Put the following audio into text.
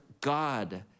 God